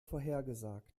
vorhergesagt